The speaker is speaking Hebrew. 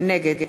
נגד